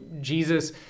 Jesus